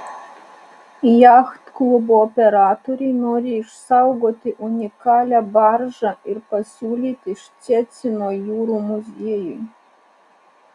jachtklubo operatoriai nori išsaugoti unikalią baržą ir pasiūlyti ščecino jūrų muziejui